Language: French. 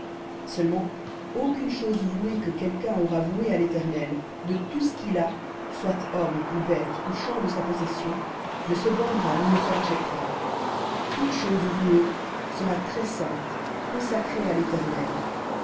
seulement aucune chose vouée que quelqu'un aura vouée à l'éternel de tout ce qu'il a soit homme ou bête ou champ de sa possession ne se vendra ni ne se rachètera toute chose vouée sera très-sainte à l'éternel